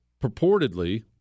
purportedly